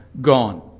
gone